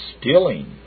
stealing